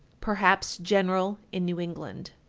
perhaps general in new england.